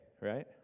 right